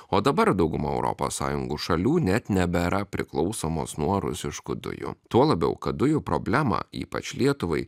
o dabar dauguma europos sąjungos šalių net nebėra priklausomos nuo rusiškų dujų tuo labiau kad dujų problemą ypač lietuvai